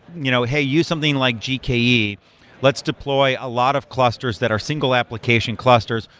you know hey, use something like gke. let's deploy a lot of clusters that are single application clusters.